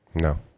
No